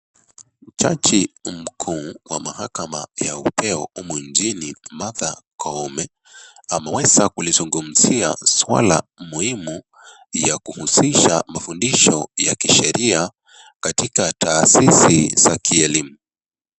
Jaji mkuu wa mahakama ya upeo humu nchini Martha Koome ameweza kulizungumzia swala muhimu ya kuhusisha mafundisho ya kisheria katika taasisi za kielimu.